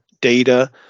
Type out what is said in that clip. data